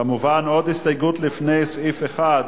כמובן, עוד הסתייגות לפני סעיף 1,